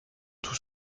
tout